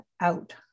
out